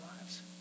lives